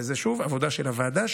וזו שוב עבודה של הוועדה,